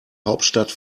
hauptstadt